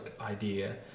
idea